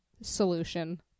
solution